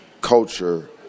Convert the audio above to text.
culture